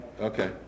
Okay